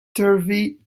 turvy